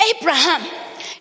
Abraham